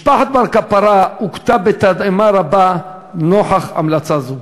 משפחת בר קפרא הוכתה בתדהמה רבה נוכח המלצה זו.